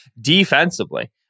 defensively